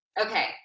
Okay